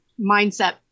mindset